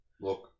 Look